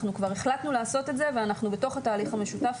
אנחנו כבר החלטנו לעשות את זה ואנחנו בתוך התהליך המשותף